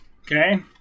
Okay